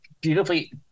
beautifully